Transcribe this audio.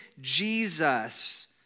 Jesus